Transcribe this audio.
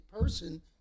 person